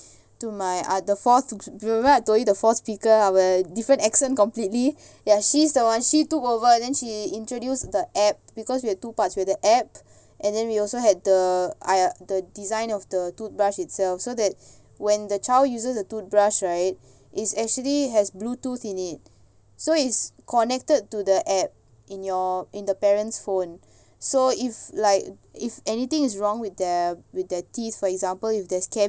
to my other to the fourth remember I told you about the fourth speaker err different accent completely ya she's the one she took over then she introduced the app because we have two parts we have the app and then we also had the err the design of the toothbrush itself so that when the child uses the toothbrush right is actually has bluetooth in it so is connected to the app in your in the parents phone so if like if anything is wrong with their with their teeth for example if there's cavity